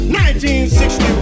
1960